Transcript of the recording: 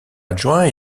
adjoint